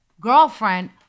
girlfriend